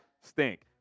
stink